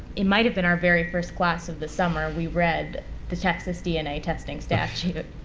it might have been our very first class of the summer, we read the texas dna testing statute.